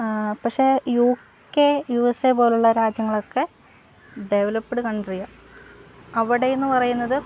പക്ഷേ U K U S A പോലെയുള്ള രാജ്യങ്ങളൊക്കെ ഡെവലപ്പ്ഡ് കൺട്രി ആണ് അവിടെയെന്ന് പറയുന്നത്